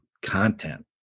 content